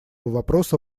вопроса